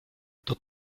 kto